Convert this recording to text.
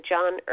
John